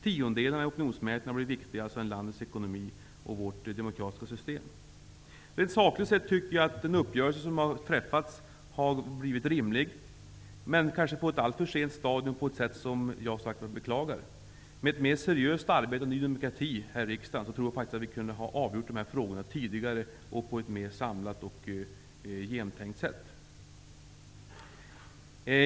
Tiondelarna i opinionsmätningarna har blivit viktigare än landets ekonomi och vårt demokratiska system? Rent sakligt tycker jag att den uppgörelse som träffats har blivit rimlig. Men det skedde kanske på ett alltför sent stadium och på ett sätt som jag, som sagt, beklagar. Med ett seriösare arbete från Ny demokratis sida här i riksdagen tror jag faktiskt att vi kunde ha avgjort de här frågorna tidigare samt på ett mera samlat och genomtänkt sätt.